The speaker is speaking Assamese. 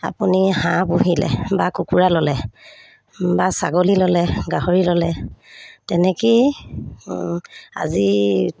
আপুনি হাঁহ পুহিলে বা কুকুৰা ল'লে বা ছাগলী ল'লে গাহৰি ল'লে তেনেকৈয়ে আজি